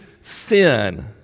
sin